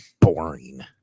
boring